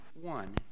one